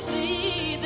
e